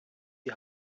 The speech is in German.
die